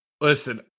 Listen